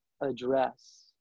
address